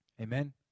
Amen